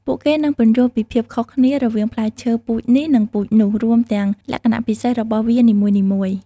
ពួកគេនឹងពន្យល់ពីភាពខុសគ្នារវាងផ្លែឈើពូជនេះនិងពូជនោះ រួមទាំងលក្ខណៈពិសេសរបស់វានីមួយៗ។